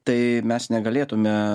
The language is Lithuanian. tai mes negalėtume